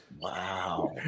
Wow